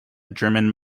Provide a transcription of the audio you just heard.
german